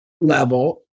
level